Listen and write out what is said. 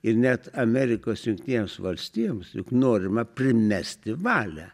ir net amerikos jungtinėms valstijoms juk norima primesti valią